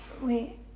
Wait